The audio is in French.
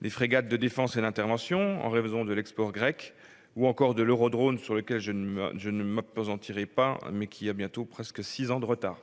les frégates de défense et d'intervention, en raison de l'export grec ; ou encore l'Eurodrone, sur lequel je ne m'appesantirai pas, mais qui accusera bientôt six ans de retard ;